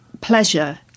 pleasure